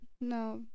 no